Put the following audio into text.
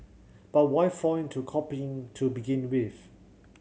but why fall into copying to begin with